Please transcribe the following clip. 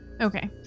Okay